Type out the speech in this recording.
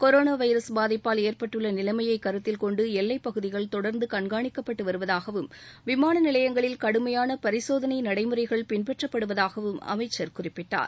corona virus பாதிப்பால் ஏற்பட்டுள்ள நிலைமையை கருத்தில் கொண்டு எல்லை பகுதிகள் தொடர்ந்து கண்காணிக்கப்பட்டு வருவதாகவும் விமான நிலையங்களில் கடுமையாள பரிசோதளை நடைமுறைகள் பின்பற்றப்படுவதாகவும் அமைச்சர் குறிப்பிட்டார்